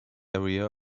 area